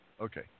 Okay